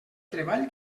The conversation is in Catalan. treball